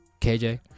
KJ